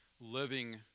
living